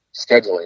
scheduling